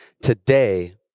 today